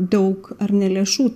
daug ar ne lėšų